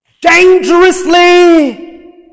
dangerously